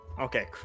Okay